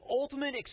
ultimate